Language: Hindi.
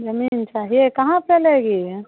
ज़मीन चाहिए कहाँ पे लेगी